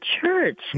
church